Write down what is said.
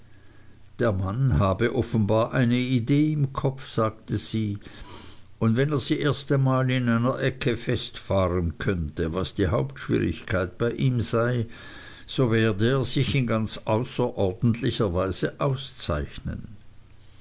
der mann habe offenbar eine idee im kopf sagte sie und wenn er sie erst einmal in einer ecke festfahren könnte was die hauptschwierigkeit bei ihm sei so werde er sich in ganz außerordentlicher weise auszeichnen